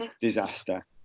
disaster